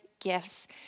gifts